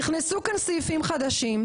נכנסו כאן סעיפים חדשים,